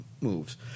moves